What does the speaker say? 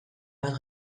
bat